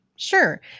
Sure